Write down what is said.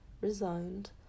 Resigned